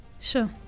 Sure